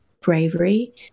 bravery